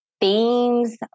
themes